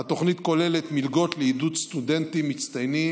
התוכנית כוללת מלגות לעידוד סטודנטים מצטיינים